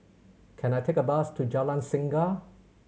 can I take a bus to Jalan Singa